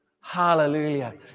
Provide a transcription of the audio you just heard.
Hallelujah